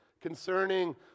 concerning